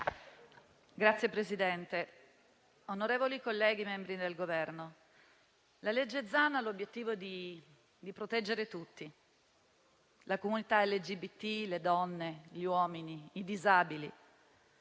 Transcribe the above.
Signor Presidente, onorevoli colleghi, membri del Governo il disegno di legge Zan ha l'obiettivo di proteggere tutti, la comunità LGBT, le donne, gli uomini, i disabili,